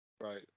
Right